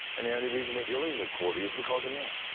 and the only reason we're dealing with corby is because of me.